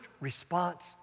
response